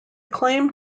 claim